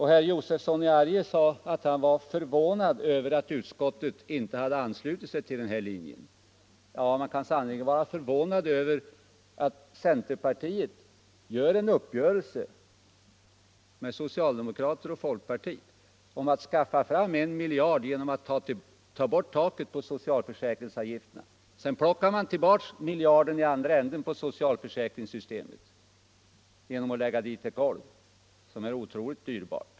Herr Josefson sade att han var förvånad över att utskottet inte hade anslutit sig till denna linje. Man kan sannerligen vara förvånad över att centerpartiet träffar en uppgörelse med socialdemokrater och folkpartister om att skaffa fram 1 miljard kronor genom att ta bort taket för socialförsäkringsavgifterna. Sedan plockar man tillbaka miljarden i andra änden på socialförsäkringssystemet genom att lägga dit ett golv, som är otroligt dyrbart.